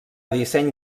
disseny